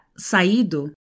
saído